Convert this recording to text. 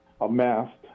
amassed